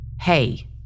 Hey